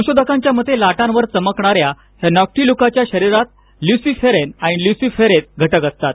संशोधकांच्या मते लाटांवर चमकणाऱ्या या नॉक्टिल्युकाच्या शरीरात ल्यूसिफेरेन आणि ल्यूसिफेरेझ घटक असतात